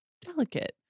delicate